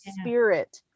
spirit